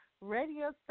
radio